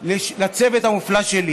לצוות המופלא שלי.